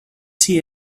see